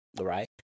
right